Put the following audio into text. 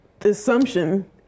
assumption